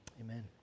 amen